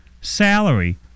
salary